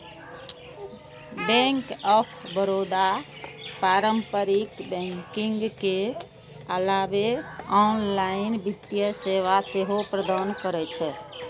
bank of Baroda पारंपरिक banking के अलावे ऑनलाइन वित्तीय सेवा सेहो प्रदान करै छै